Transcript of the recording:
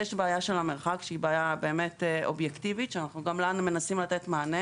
יש בעיה של המרחק שהיא בעיה אובייקטיבית שגם לה אנחנו מחפשים מענה.